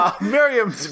Miriam